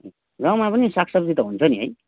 गाउँमा पनि साग सब्जी त हुन्छ नि है